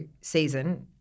season